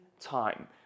time